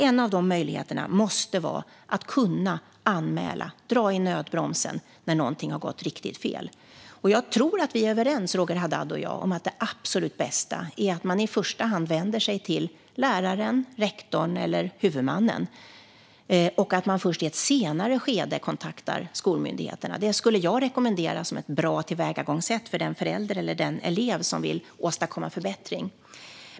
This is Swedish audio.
En av de möjligheterna måste vara att anmäla och dra i nödbromsen när någonting har gått riktigt fel. Jag tror att vi är överens, Roger Haddad och jag, om att det absolut bästa är att man i första hand vänder sig till läraren, rektorn eller huvudmannen och att man först i ett senare skede kontaktar skolmyndigheterna. Det skulle jag rekommendera som ett bra tillvägagångssätt för den förälder eller elev som vill åstadkomma förbättring.